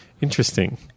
Interesting